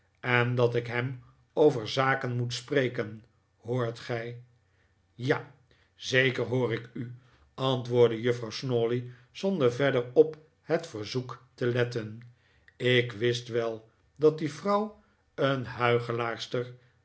en dat ik hem over zaken moet spreken hoort gij ja zeker hoor ik u antwoordde juffrouw snawley zonder verder op het verzoek te letten ik wist wel dat die vrouw een